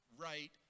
right